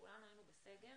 כולנו היינו בסגר,